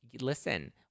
Listen